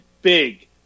Big